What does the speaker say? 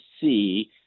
see